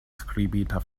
skribita